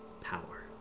power